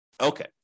Okay